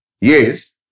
Yes